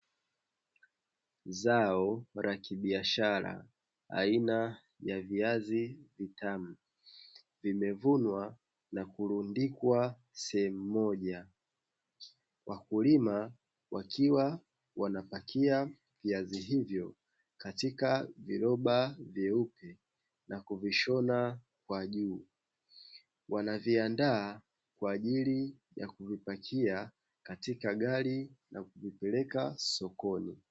Zao la kibiashara aina ya viazi vitamu vimevunwa na kurundikwa sehemu moja, wakulima wakiwa wanapakia viazi hivyo katika viroba vyeupe na kuvishona kwa juu na wanaviandaa kwa ajili ya kuvipakia katika gari na kuvipeleka sokoni.